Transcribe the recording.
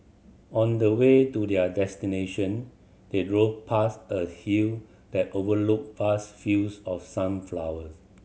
on the way to their destination they drove past a hill that overlooked vast fields of sunflowers